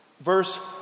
verse